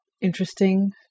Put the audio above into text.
interesting